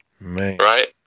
Right